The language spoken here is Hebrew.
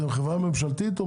אתם חברה ממשלתית?